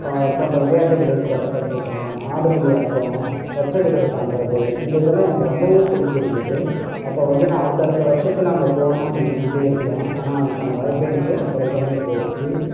போன்ற விளையாட்டுக்களை கத் கற்று கொடுத்தாங்க ஆடுபுலி ஆட்டம் பச்சை குதிரை தாண்டுவது இந்த இதெல்லாம் எனக்கு ரொம்பவும் பிடிச்சிருந்தது அப்போ வந்து நான் அடுத்தடுத்த வருஷத்தில் அங்க போணுன்னு நினைச்சிட்டே இருப்பேன் ஆனால் அதுக்கான வாய்ப்பு எனக்கு கிடைக்காமயே போயிடுச்சு